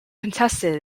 contested